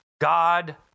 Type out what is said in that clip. God